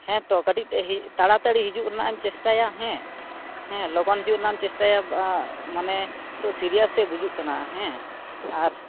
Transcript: ᱦᱮᱸ ᱛᱳ ᱠᱟᱹᱴᱤᱡ ᱛᱟᱲᱟ ᱛᱟᱹᱲᱤ ᱦᱤᱡᱩᱜ ᱨᱮᱱᱟᱜ ᱮᱢ ᱪᱮᱥᱴᱟᱭᱟ ᱦᱮᱸ ᱦᱮᱸ ᱞᱚᱜᱚᱱ ᱦᱤᱡᱩᱜ ᱨᱮᱱᱟᱜ ᱪᱮᱥᱴᱟᱭᱟ ᱵᱟ ᱢᱟᱱᱮ ᱱᱤᱛᱚᱜ ᱥᱤᱨᱤᱭᱟᱥᱮ ᱵᱩᱡᱩᱜ ᱠᱟᱱᱟ ᱦᱮᱸ ᱟᱨ